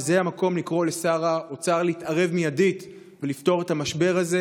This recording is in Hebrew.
זה המקום לקרוא לשר האוצר להתערב מיידית ולפתור את המשבר הזה,